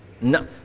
No